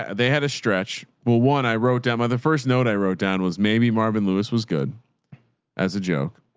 they had a stretch. well, one i wrote down my, the first note i wrote down was maybe marvin lewis was good as a joke.